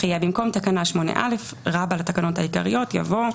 החלפת תקנה 8א 4. במקום תקנה 8א לתקנות העיקריות יבוא: